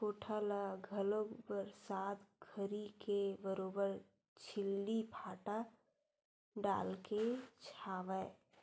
कोठा ल घलोक बरसात घरी के बरोबर छिल्ली फाटा डालके छावय